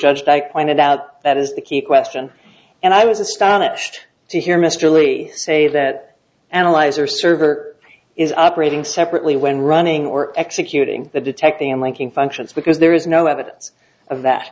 judge i pointed out that is the key question and i was astonished to hear mr lee say that analyzer server is operating separately when running or executing the detecting and linking functions because there is no evidence of that